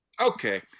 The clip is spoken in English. okay